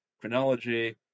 chronology